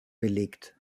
belegt